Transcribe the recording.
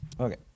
okay